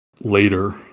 later